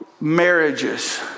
marriages